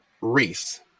Reese